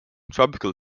tropical